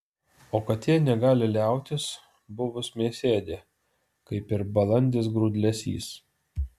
o katė negali liautis buvus mėsėdė kaip ir balandis grūdlesys